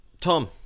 Tom